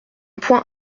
point